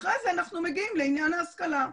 אחרי זה אנחנו מגיעים לעניין ההשכלה.